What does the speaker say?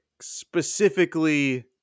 specifically